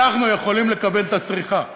אנחנו יכולים לכוון את הצריכה במדינה.